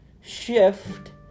Shift